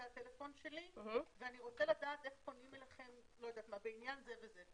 זה הטלפון שלי ואני רוצה לדעת איך פונים אליכם בעניין זה וזה".